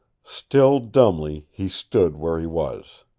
still dumbly he stood where he was.